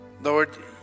Lord